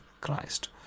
Christ